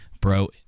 Bro